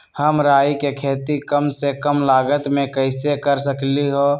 हम राई के खेती कम से कम लागत में कैसे कर सकली ह?